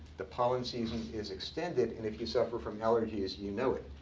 the pollen season is extended, and if you suffer from allergies, you know it.